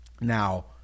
Now